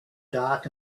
dark